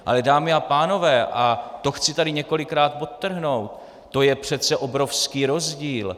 Ale dámy a pánové, a to chci tady několikrát podtrhnout, to je přece obrovský rozdíl.